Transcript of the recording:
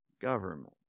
government